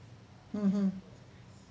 mmhmm